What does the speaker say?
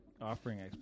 offering